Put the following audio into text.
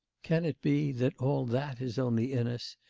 can it be that all that is only in us,